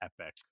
epic